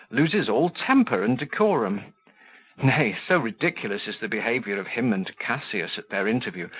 loses all temper and decorum nay, so ridiculous is the behaviour of him and cassius at their interview,